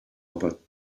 about